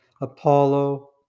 Apollo